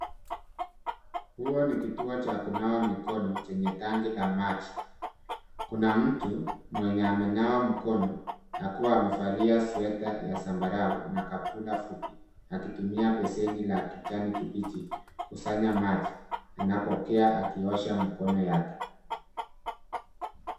Huu ni kituo cha kunawa mikono chenye tangi la maji. Kuna mtu mwenye amenawa mikono, akiwa amevalia sweta ya zambarau na kaptula fupi. Akitumia besheni la kichani kibichi kusanya maji. Anapokea akiosha mikono yake.